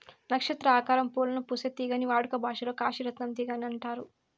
నక్షత్ర ఆకారం పూలను పూసే తీగని వాడుక భాషలో కాశీ రత్నం తీగ అని అంటారు